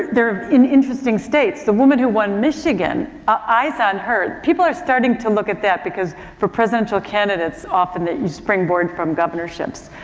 they're in interesting states. the woman who michigan, eyes on her. people are starting to look at that because for presidential candidates often that you springboard from governorships.